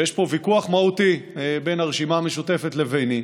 ויש פה ויכוח מהותי בין הרשימה המשותפת לביני,